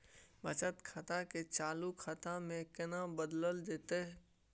बचत खाता के चालू खाता में केना बदलल जेतै?